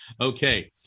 Okay